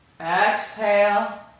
Exhale